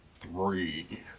three